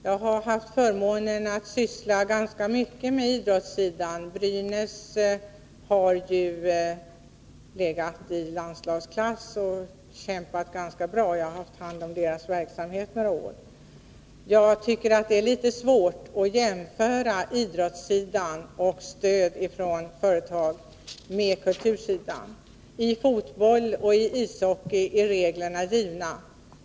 Jag har haft förmånen att syssla ganska mycket med idrottssidan. Brynäs har ju varit av landslagsklass och kämpat ganska bra. Jag har haft hand om dess verksamhet några år. Jag tycker att det är litet svårt att jämföra idrottssidan med kultursidan när det gäller stöd från företag. I fotboll och ishockey är reglerna givna.